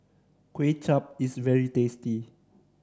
Kway Chap is very tasty